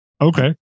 Okay